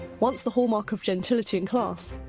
once the hallmark of gentility and class,